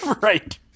Right